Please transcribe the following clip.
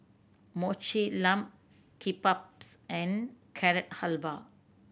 Mochi Lamb Kebabs and Carrot Halwa